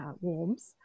warms